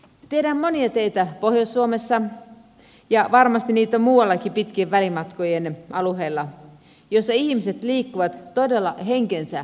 tiedän monia teitä pohjois suomessa ja varmasti niitä on muuallakin pitkien välimatkojen alueella joilla ihmiset liikkuvat todella henkensä kaupalla